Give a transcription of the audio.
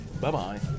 Bye-bye